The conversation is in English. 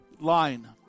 line